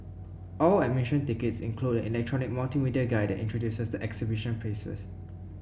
all admission tickets include an electronic multimedia guide that introduces the exhibition spaces